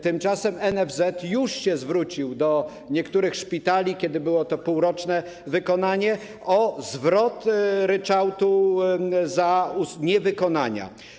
Tymczasem NFZ już się zwrócił do niektórych szpitali, kiedy było to półroczne wykonanie, o zwrot ryczałtu za niewykonania.